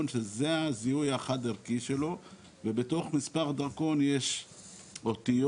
שזה הזיהוי החד ערכי שלו ובתוך מספר דרכון יש אותיות,